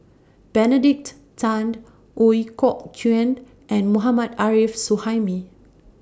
Benedict Tan Ooi Kok Chuen and Mohammad Arif Suhaimi